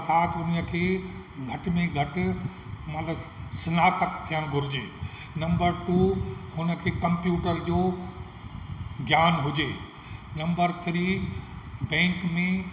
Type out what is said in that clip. अर्थात उन्हीअ खे घटि में घटि मतलबु स्नातक थियणु घुरिजे नम्बर टू हुनखे कम्प्यूटर जो ज्ञान हुजे नम्बर थ्री बैंक में